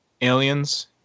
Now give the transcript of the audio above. aliens